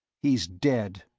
he's dead.